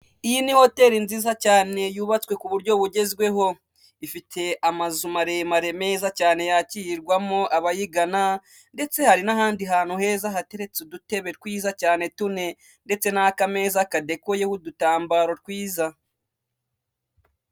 Mu muhanda hari abantu benshi bari guturuka mu mpande zitandukanye. Hari umuhanda w'abanyamaguru hejuru hari na kaburimbo iri kunyuramo moto hagati aho abantu ba bari kunyura cyangwa ku mpande z'uwo muhanda abanyamaguru bari kunyuramo hari inyubako ku ruhande rw'iburyo no kuhande rw'ibumoso hino hari ipoto.